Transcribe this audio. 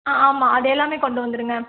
ஆ ஆமாம் அது எல்லாமே கொண்டு வந்துருங்க